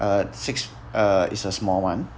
uh six uh it's a small one